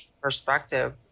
perspective